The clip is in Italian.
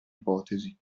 ipotesi